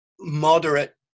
moderate